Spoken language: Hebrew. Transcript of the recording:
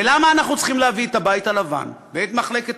ולמה אנחנו צריכים להביא את הבית הלבן ואת מחלקת